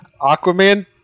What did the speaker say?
Aquaman